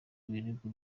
ibirego